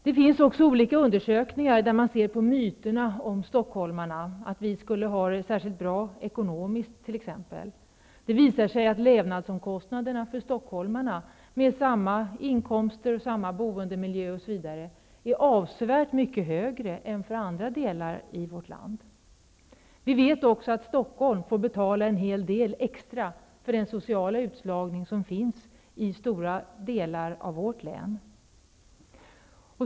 Det finns undersökningar som har sett över myterna om stockholmarna, t.ex. att stockholmarna skulle ha det särskilt bra ekonomiskt. Det har visat sig att levnadsomkostnaderna för stockholmarna är avsevärt mycket högre än vad de är för människor med samma inkomster och boendemiljö i andra delar av vårt land. Vi vet också att Stockholm får betala en hel del extra för den sociala utslagning som råder i stora delar av länet.